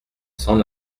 s’en